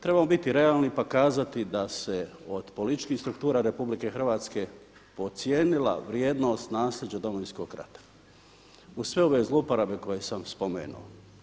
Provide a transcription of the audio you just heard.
Trebamo biti realni pa kazati da se od političkih struktura RH podcijenila vrijednost nasljeđa Domovinskog rata, uz sve ove zloporabe koje sam spomenuo.